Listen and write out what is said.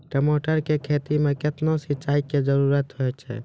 टमाटर की खेती मे कितने सिंचाई की जरूरत हैं?